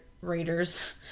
raiders